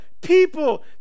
people